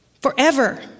forever